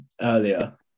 earlier